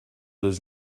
does